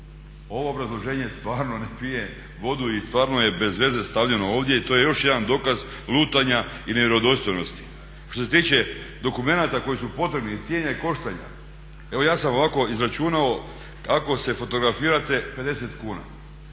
Ovo obrazloženje stvarno ne pije vodu i stvarno je bez veze stavljeno ovdje i to je još jedan dokaz lutanja i nevjerodostojnosti. a što se tiče dokumenata koji su potrebni i cijene koštanja, evo ja sam ovako izračunao. Ako se fotografirate 50 kn